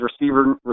receiver